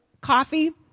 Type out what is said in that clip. coffee